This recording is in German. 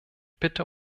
bitte